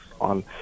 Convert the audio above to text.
on